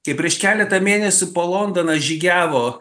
kai prieš keletą mėnesių po londoną žygiavo